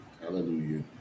Hallelujah